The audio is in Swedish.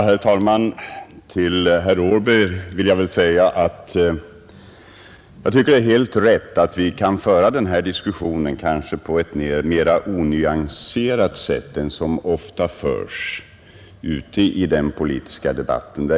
Herr talman! Till herr Åberg vill jag säga att jag tycker det är helt rätt att vi bör föra denna diskussion på ett mer nyanserat sätt än som ofta görs i den politiska debatten.